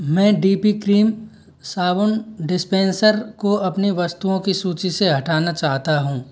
मैं D P cream साबुन dispenser को अपनी वस्तुओं की सूची से हटाना चाहता हूँ